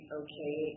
okay